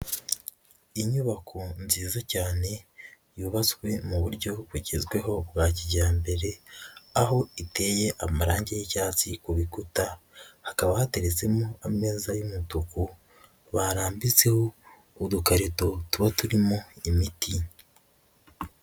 Inyubako nziza cyane yubatswe mu buryo bugezweho bwa kijyambere, aho iteye amarangi y'icyatsi ku bikuta, hakaba hateretsemo ameza y'umutuku, barambitseho udukarito tuba turimo imiti.